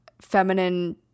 feminine